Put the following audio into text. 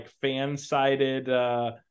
fan-sided